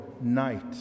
night